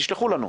תשלחו לנו.